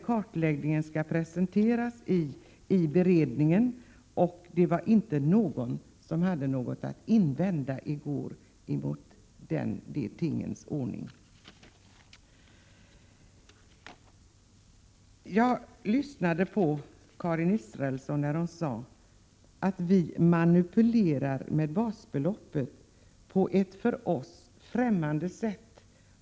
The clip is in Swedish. Kartläggningen skall presenteras i beredningen, och ingen hade alltså något att invända i går. Karin Israelsson sade att vi manipulerar med basbeloppet på ett för oss främmande sätt.